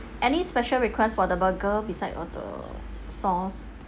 any special request for the burger beside all the sauce